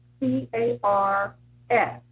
C-A-R-S